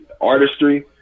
artistry